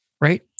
Right